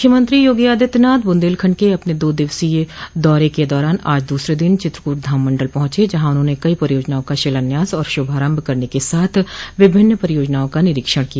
मुख्यमंत्री योगी आदित्यनाथ बुंदेलखंड के अपने दो दिवसीय दौरे के दौरान आज दूसरे दिन चित्रकूट धाम मण्डल पहुंच जहां उन्होंने कई परियोजनाओं का शिलान्यास और शुभारम्भ करने के साथ विभिन्न परियोजनाओं का निरीक्षण किया